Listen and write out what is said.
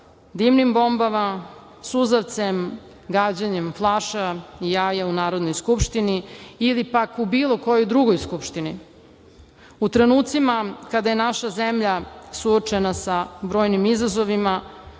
dimnim bombama, suzavcem, gađanjem flašama i jajima u Narodnoj skupštini ili, pak, u bilo kojoj drugoj skupštini?U trenucima kada je naša zemlja suočena sa brojnim izazovima,